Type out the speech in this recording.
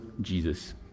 Jesus